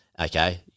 okay